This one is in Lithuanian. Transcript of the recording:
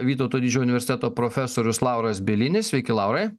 vytauto didžiojo universiteto profesorius lauras bielinis sveiki laurai